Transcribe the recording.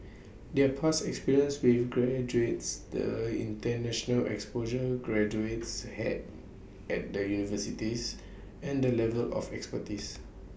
their past experience with graduates the International exposure graduates had at the universities and the level of expertise